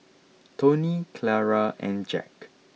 Tony Clara and Jack